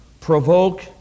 provoke